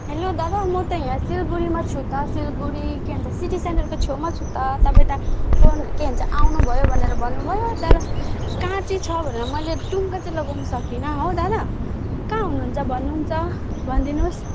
hello दादा म त यहाँ सिलगढीमा छु त सिलगढी के भन्छ सिटी सेन्टरको छेउमा छु त तपाईँ त फोन के भन्छ आउनु भयो भनेर भन्नुभयो तर कहाँ चाहिँ छ भनेर मैले टुङ्गो चाहिँ लगाउनु सकिनँ हो दादा कहाँ हुनुहुन्छ भन्नु त भनिदिनुहोस्